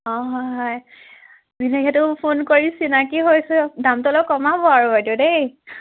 অঁ হয় হয় এনেকৈতো ফোন কৰি চিনাকি হৈছোঁ দামটো অলপ কমাব আৰু বাইদেউ দেই